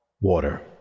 water